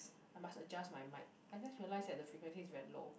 I must adjust my mic I just realise that the frequency is very low